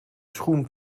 schoen